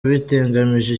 bitagamije